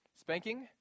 spanking